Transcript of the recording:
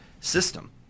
system